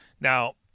Now